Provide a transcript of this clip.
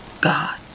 God